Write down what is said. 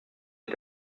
est